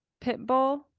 Pitbull